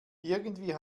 irgendwie